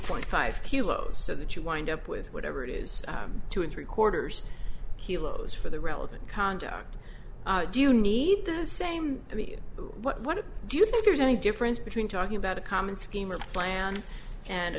point five kilos so that you wind up with whatever it is two and three quarters heroes for the relevant conduct do you need those same i mean what do you think there's any difference between talking about a common scheme or plan and a